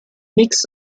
mix